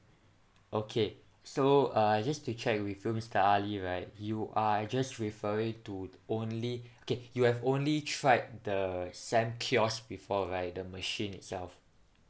okay so uh just to check with you mister ali right you are just referring to only K you have only tried the SAM kiosk before right the machine itself